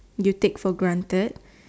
you take for granted